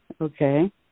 Okay